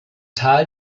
tal